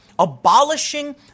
abolishing